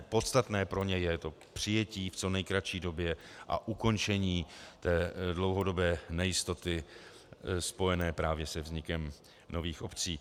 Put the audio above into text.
Podstatné pro ně je přijetí v co nejkratší době a ukončení dlouhodobé nejistoty spojené právě se vznikem nových obcí.